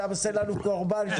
אתה עושה לנו קורבן?